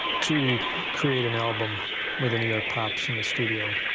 to create an album with the new york pops in the studio?